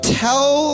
tell